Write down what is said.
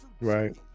right